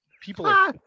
People